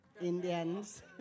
Indians